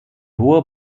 hohe